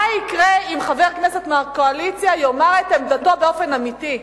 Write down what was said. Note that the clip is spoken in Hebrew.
מה יקרה אם חבר כנסת מהקואליציה יאמר את עמדתו באופן אמיתי?